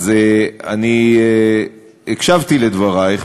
אני הקשבתי לדברייך,